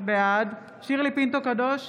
בעד שירלי פינטו קדוש,